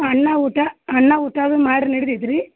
ಅನ್ನ ಊಟ ಅನ್ನ ಊಟ ಅದು ಮಾಡ್ರಿ ನಡಿತೈತಿ ರೀ